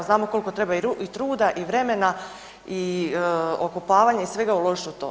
Znamo koliko treba i truda i vremena i okopavanja i svega uložiti u to.